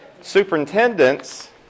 Superintendents